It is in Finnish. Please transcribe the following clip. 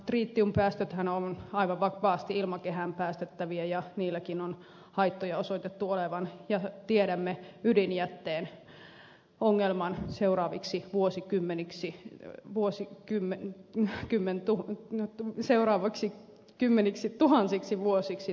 tritiumpäästöthän ovat aivan vapaasti ilmakehään päästettäviä ja niilläkin on haittoja osoitettu olevan ja tiedämme ydinjätteen ongelman seuraaviksi kymmeniksituhansiksi vuosiksi tai sadoiksituhansiksi vuosiksi